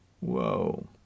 Whoa